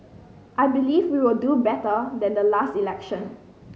I believe we will do better than the last election